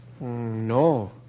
No